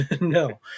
No